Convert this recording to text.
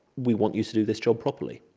we want you to do this job properly.